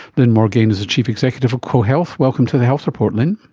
lyn morgain is the chief executive of cohealth. welcome to the health report, lyn.